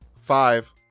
Five